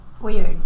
weird